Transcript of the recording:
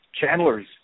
Chandler's